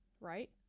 right